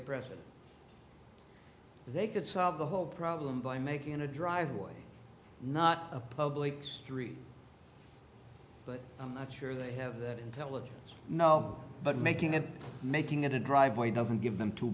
oppressive they could solve the whole problem by making it a driveway not a public street but i'm not sure they have that intelligent now but making it making it a driveway doesn't give them to